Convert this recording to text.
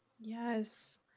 Yes